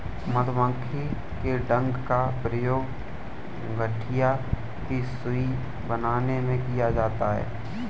मधुमक्खी के डंक का प्रयोग गठिया की सुई बनाने में किया जाता है